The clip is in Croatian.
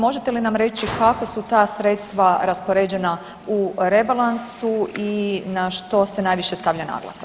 Možete li nam reći kako su ta sredstva raspoređena u rebalansu i na što se najviše stavlja naglasak.